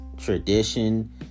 tradition